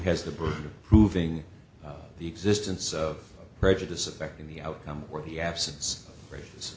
has the burden of proving the existence of prejudice affecting the outcome or the absence of races